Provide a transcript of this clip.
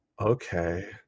okay